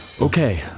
Okay